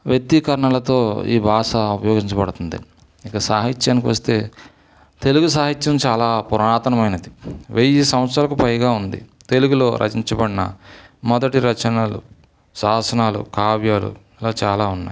వ్యక్తీకరణలతో ఈ భాష ఉపయోగించబడుతుంది ఇక సాహిత్యానికి వస్తే తెలుగు సాహిత్యం చాలా పురాతనమైనది వెయ్యి సంవత్సరాలకు పైగా ఉంది తెలుగులో రచించబడిన మొదటి రచనలు శాసనాలు కావ్యాలు ఇలా చాలా ఉన్నాయి